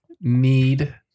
need